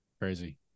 crazy